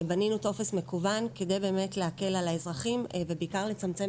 בנינו טופס מקוון כדי להקל על האזרחים ובעיקר לצמצם